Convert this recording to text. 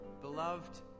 Beloved